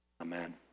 Amen